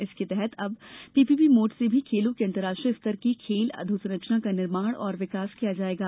इसके तहत अब पीपीपी मोड से भी खेलों की अंतर्राष्ट्रीय स्तर की खेल अधोसंरचना का निर्माण एवं विकास किया जायेगा